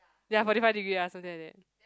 ya forty five degree ah something like that